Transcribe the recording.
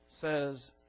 says